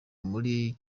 muri